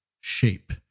shape